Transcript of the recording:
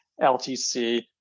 LTC